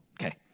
Okay